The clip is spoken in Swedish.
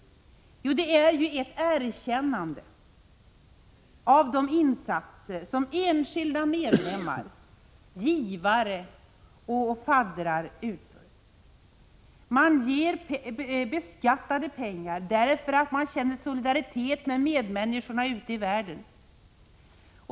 Jo, det är ett erkännande av de insatser som enskilda medlemmar, givare och faddrar utför. De ger av beskattade pengar därför att de känner solidaritet med medmänniskorna ute i världen.